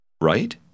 Right